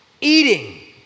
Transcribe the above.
eating